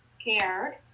scared